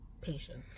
patience